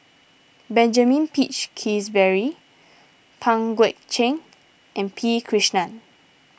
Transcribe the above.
Benjamin Peach Keasberry Pang Guek Cheng and P Krishnan